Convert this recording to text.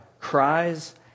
cries